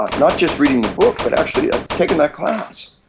ah not just reading the book but actually ah taking that class.